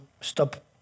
stop